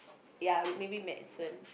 ya maybe medicine